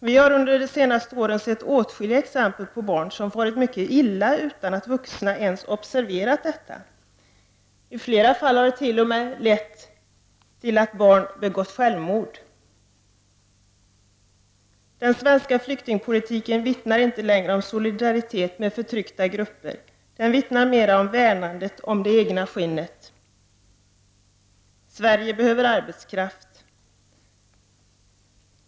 Vi har under de senaste åren sett åtskilliga exempel på barn som farit mycket illa utan att vuxna ens observerat detta. I flera fall har det t.o.m. lett till att barn har begått självmord. Den svenska flyktingpolitiken vittnar inte längre om solidaritet med förtryckta grupper. Den vittnar mera om värnandet om det egna skinnet. Sverige behöver arbetskraft.